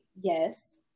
yes